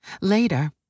Later